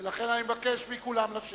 ולכן אני מבקש מכולם לשבת,